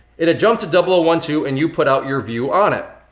it had jumped to double oh one two and you put out your view on it.